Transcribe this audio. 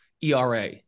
ERA